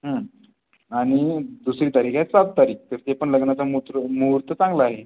आणि दुसरी तारीख आहे सात तारीख तर ते पण लग्नाचा मुत्र मुहूर्त चांगला आहे